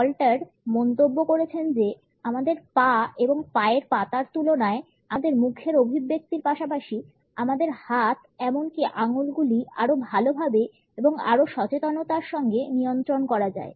স্টলটার মন্তব্য করেছেন যে আমাদের পা এবং পায়ের পাতার তুলনায় আমাদের মুখের অভিব্যক্তির পাশাপাশি আমাদের হাত এমনকি আমাদের আঙুলগুলি আরো ভালোভাবে এবং আরও সচেতনতার সঙ্গে নিয়ন্ত্রণ করা যায়